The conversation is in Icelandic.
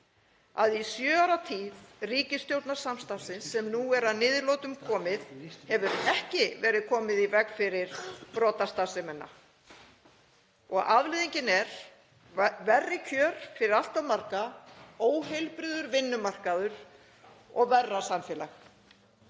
að í sjö ára tíð ríkisstjórnarsamstarfsins sem nú er að niðurlotum komið hefur ekki verið komið í veg fyrir brotastarfsemina. Afleiðingin er verri kjör fyrir allt of marga, óheilbrigður vinnumarkaður og verra samfélag.